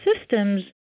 systems